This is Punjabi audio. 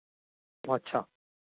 ਅੱਛਾ